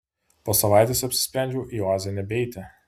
po savaitės apsisprendžiau į oazę nebeiti